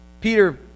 Peter